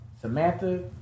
Samantha